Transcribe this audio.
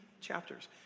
chapters